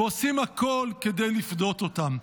ועושים הכול כדי לפדות אותם.